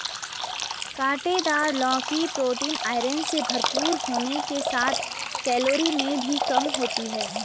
काँटेदार लौकी protein, iron से भरपूर होने के साथ कैलोरी में भी कम होती है